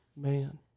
man